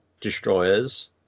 destroyers